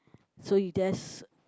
so you there's